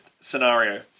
scenario